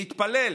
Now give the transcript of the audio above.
להתפלל.